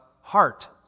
heart